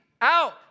out